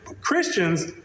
Christians